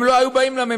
הם לא היו באים לממשלה?